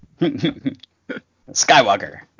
Skywalker